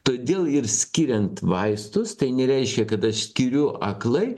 todėl ir skiriant vaistus tai nereiškia kad aš skiriu aklai